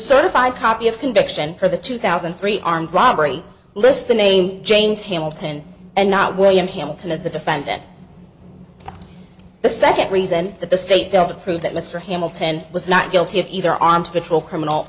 certified copy of conviction for the two thousand and three armed robbery list the name james hamilton and not william hamilton of the defendant the second reason that the state failed to prove that mr hamilton was not guilty of either arms control criminal